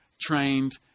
trained